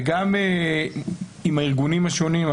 וגם עם הארגונים השונים,